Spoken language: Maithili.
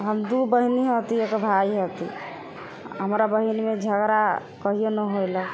हम दू बहिनी हती एक भाइ हती हमरा बहिनमे झगड़ा कहिओ नहि होलै